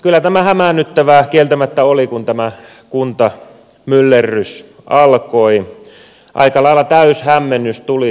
kyllä tämä hämäännyttävää kieltämättä oli kun tämä kuntamyllerrys alkoi aika lailla täyshämmennys tuli tuonne kuntiin